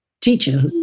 Teacher